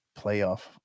playoff